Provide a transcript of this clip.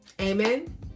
Amen